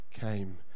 came